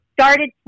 started